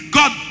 God